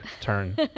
turn